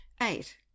Eight